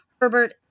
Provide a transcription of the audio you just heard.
Herbert